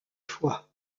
fois